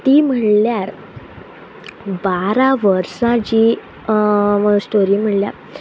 ती म्हणल्यार बारा वर्सां जी स्टोरी म्हणल्यार